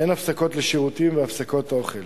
אין הפסקות לשירותים והפסקות אוכל,